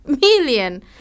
million